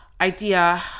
idea